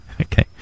Okay